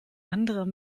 andere